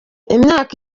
imyaka